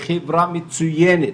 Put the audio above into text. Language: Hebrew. היא חברה מצוינת,